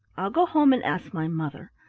i'll go home and ask my mother.